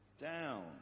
down